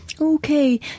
Okay